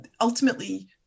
Ultimately